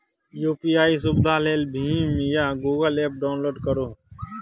UPI सुविधा लेल भीम या गुगल एप्प डाउनलोड करु